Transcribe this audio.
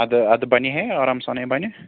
اَدٕ اَدٕ بَنہ ہے آرام سان ہے بَنہِ